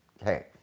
Okay